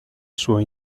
suo